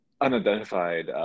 unidentified